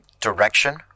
direction